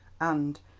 and,